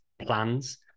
plans